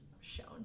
shown